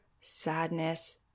sadness